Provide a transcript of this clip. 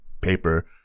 paper